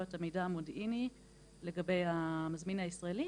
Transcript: את המידע המודיעיני לגבי המזמין הישראלי,